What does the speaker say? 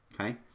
Okay